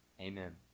Amen